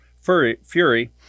Fury